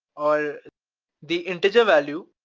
or the integer value,